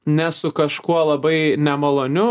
ne su kažkuo labai nemaloniu